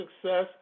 success